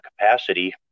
capacity